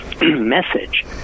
message